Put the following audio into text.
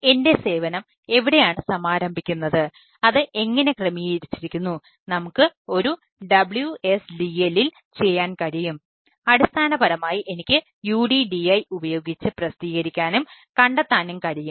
എന്റെ സേവനം എവിടെയാണ് സമാരംഭിക്കുന്നത് അത് എങ്ങനെ ക്രമീകരിച്ചിരിക്കുന്നു നമുക്ക് ഒരു WSDL ൽ ചെയ്യാൻ കഴിയും അടിസ്ഥാനപരമായി എനിക്ക് UDDI ഉപയോഗിച്ച് പ്രസിദ്ധീകരിക്കാനും കണ്ടെത്താനും കഴിയും